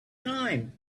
time